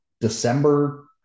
December